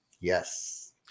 Yes